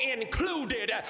included